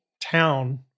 town